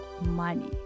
money